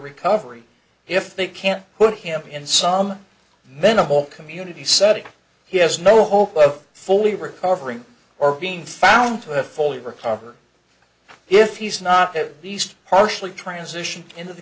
recovery if they can't put him in some minimal community setting he has no hope of fully recovering or being found to have fully recovered if he's not at least partially transition into the